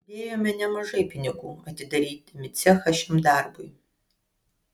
įdėjome nemažai pinigų atidarydami cechą šiam darbui